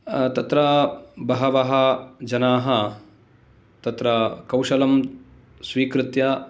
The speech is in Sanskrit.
तत्र बहवः जनाः तत्र कौशलं स्वीकृत्य